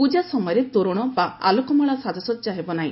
ପୂଜା ସମୟରେ ତୋରଣ ବା ଆଲୋକମାଳା ସାଜସଜା ହେବ ନାହି